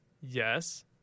Yes